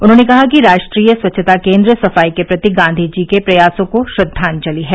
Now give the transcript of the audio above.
उन्होंने कहा कि राष्ट्रीय स्वच्छता केंद्र सफाई के प्रति गांधी जी के प्रयासों को श्रद्वांजलि है